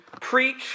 Preach